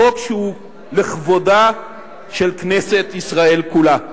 החוק שהוא לכבודה של כנסת ישראל כולה.